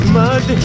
mud